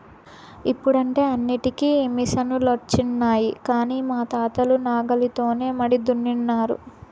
ఇప్పుడంటే అన్నింటికీ మిసనులొచ్చినాయి కానీ మా తాతలు నాగలితోనే మడి దున్నినారు